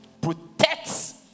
protects